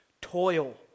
toil